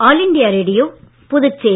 all India Radio Puducherry